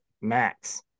Max